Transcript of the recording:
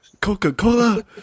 Coca-Cola